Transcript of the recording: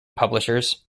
publishers